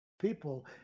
people